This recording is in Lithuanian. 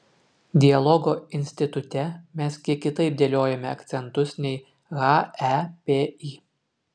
dialogo institute mes kiek kitaip dėliojame akcentus nei hepi